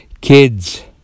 kids